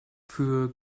für